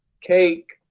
cake